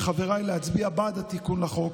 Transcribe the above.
אני מבקש מחבריי להצביע בעד התיקון לחוק,